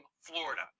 Florida